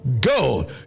Go